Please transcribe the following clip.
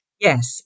yes